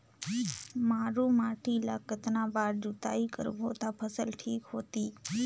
मारू माटी ला कतना बार जुताई करबो ता फसल ठीक होती?